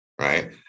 right